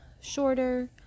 shorter